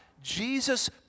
Jesus